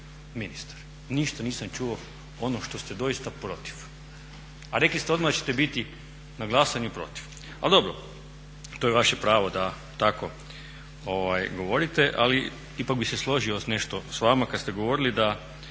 ministar, ništa nisam čuo ono što ste doista protiv. A rekli ste odmah da ćete biti na glasanju protiv. No dobro to je vaše pravo da tako govorite. Ali bih se složio nešto s vama kada ste govorili